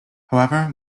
however